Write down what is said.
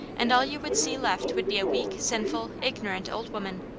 and all you would see left would be a weak, sinful, ignorant old woman.